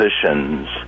positions